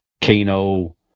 Kano